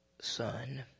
son